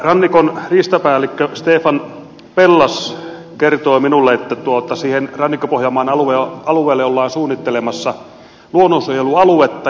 rannikon riistapäällikkö stefan pellas kertoi minulle että rannikko pohjanmaan alueelle ollaan suunnittelemassa luonnonsuojelualuetta